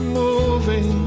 moving